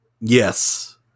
Yes